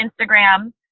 Instagram